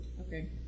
Okay